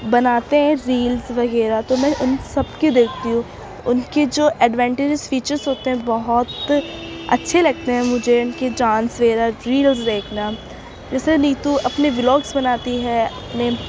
بناتے ہیں ریلس وغیرہ تو میں ان سب کے دیکھتی ہوں ان کے جو ایڈوینٹجز فیچرس ہوتے ہیں بہت اچھے لگتے ہیں مجھے ان کے ڈانس وغیرہ ریلس دیکھنا جیسے نیتو اپنے ولاگس بناتی ہے اپنے